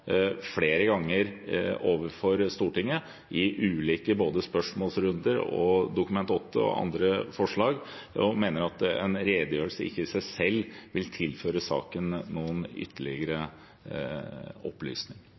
flere ganger overfor Stortinget i både spørsmålsrunder, Dokument 8-forslag og andre forslag, og jeg mener at en redegjørelse i seg selv ikke vil tilføre saken noen